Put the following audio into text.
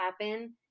happen